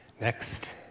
next